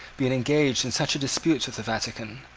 been engaged in such a dispute with the vatican,